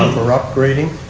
for upgrading.